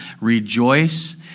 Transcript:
rejoice